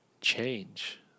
change